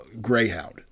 Greyhound